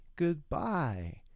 goodbye